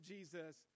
Jesus